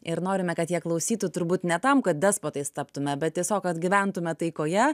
ir norime kad jie klausytų turbūt ne tam kad despotais taptume bet tiesiog kad gyventume taikoje